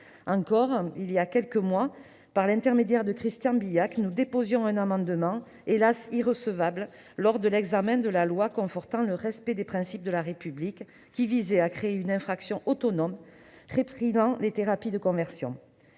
Voilà quelques mois encore, par l'intermédiaire de Christian Bilhac, nous déposions un amendement- il a, hélas ! été déclaré irrecevable -lors de l'examen du projet de loi confortant le respect des principes de la République ; il visait à créer une infraction autonome réprimant les thérapies de conversion.